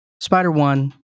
Spider-One